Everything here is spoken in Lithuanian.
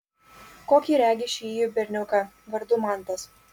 kokį regi šįjį berniuką vardu mantas